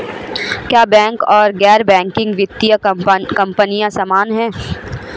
क्या बैंक और गैर बैंकिंग वित्तीय कंपनियां समान हैं?